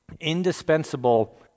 indispensable